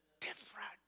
different